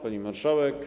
Pani Marszałek!